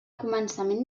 començament